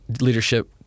leadership